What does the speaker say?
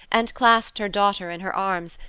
and clasped her daughter in her arms,